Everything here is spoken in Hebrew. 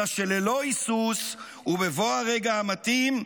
אלא שללא היסוס ובבוא הרגע המתאים,